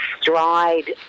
stride